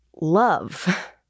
love